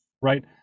right